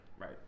Right